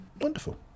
Wonderful